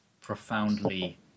profoundly